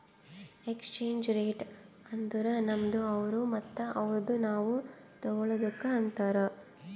exchange rate ಅಂದುರ್ ನಮ್ದು ಅವ್ರು ಮತ್ತ ಅವ್ರುದು ನಾವ್ ತಗೊಳದುಕ್ ಅಂತಾರ್